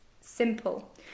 Simple